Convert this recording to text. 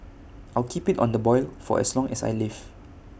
I'll keep IT on the boil for as long as I live